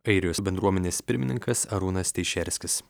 airijos bendruomenės pirmininkas arūnas teišerskis